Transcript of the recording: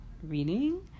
reading